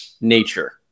nature